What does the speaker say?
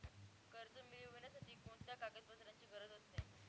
कर्ज मिळविण्यासाठी कोणत्या कागदपत्रांची गरज असते?